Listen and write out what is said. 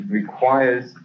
requires